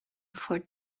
for